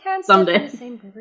Someday